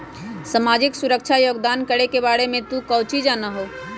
सामाजिक सुरक्षा योगदान करे के बारे में तू काउची जाना हुँ?